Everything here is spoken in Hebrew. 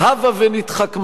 הבה ונתחכמה,